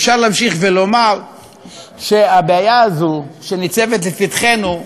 אפשר להמשיך ולומר שהבעיה הזאת, שניצבת לפתחנו,